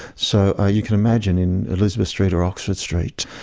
so you can imagine in elizabeth street or oxford street,